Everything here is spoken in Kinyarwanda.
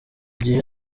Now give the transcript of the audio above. gihe